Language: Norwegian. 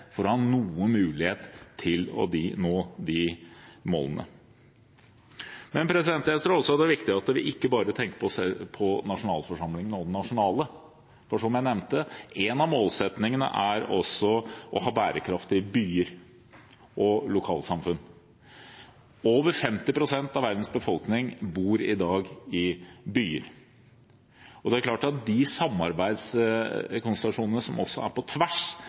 for å ha noen mulighet til å nå de målene. Jeg tror også det er viktig at vi ikke bare tenker på nasjonalforsamlingen og det nasjonale, for, som jeg nevnte, en av målsettingene er også å ha bærekraftige byer og lokalsamfunn. Over 50 pst. av verdens befolkning bor i dag i byer. Det er klart at de samarbeidskonstellasjonene som er på tvers